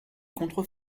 contre